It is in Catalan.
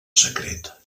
secret